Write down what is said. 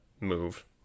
move